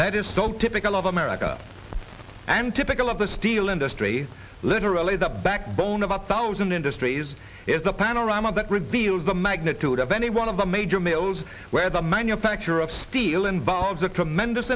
that is so typical of america and typical of the steel industry literally the backbone of a thousand industries is a panorama that reveals the magnitude of any one of the major mills where the manufacture of steel involves a tremendous